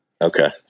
Okay